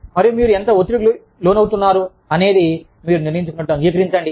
మరియు మీరు ఎంత ఒత్తిడికి లోనవుతున్నారు అనేది మీరు నిర్ణయించుకున్నట్లు అంగీకరించండి